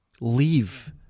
leave